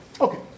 Okay